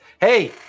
hey